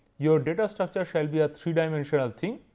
your data structure shall be a three dimensional thing.